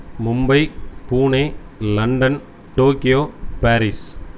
Mumbai Pune London Tokyo Paris